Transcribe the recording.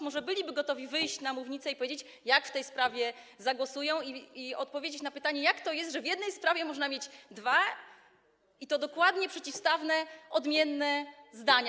Może byliby gotowi wyjść na mównicę i powiedzieć, jak w tej sprawie zagłosują, i odpowiedzieć na pytanie, jak to jest, że w jednej sprawie można mieć dwa i to dokładnie przeciwstawne, odmienne zdania?